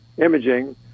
imaging